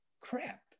crap